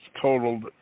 totaled